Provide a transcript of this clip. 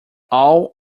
all